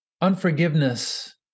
unforgiveness